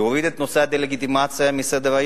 להוריד את נושא הדה-לגיטימציה מסדר-היום